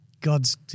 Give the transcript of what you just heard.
God's